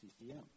CCM